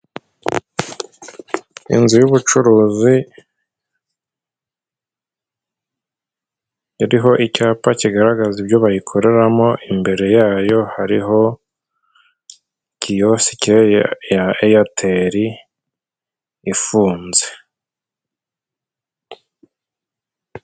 Inzu y'ubucuruzi iriho icyapa kigaragaza ibyo bayikoreramo, imbere yayo hariho kiyosike ya eyateri ifunze.